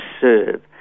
serve